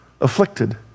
afflicted